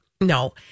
No